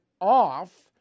off